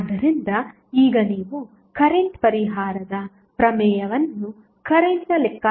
ಆದ್ದರಿಂದ ಈಗ ನೀವು ಕರೆಂಟ್ ಪರಿಹಾರದ ಪ್ರಮೇಯವನ್ನು ಕರೆಂಟ್ನ ಲೆಕ್ಕಾಚಾರವನ್ನು ΔIನೋಡುತ್ತೀರಿ